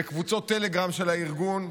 בקבוצות טלגרם של הארגון,